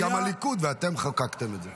הליכוד ואתם חוקקתם את זה.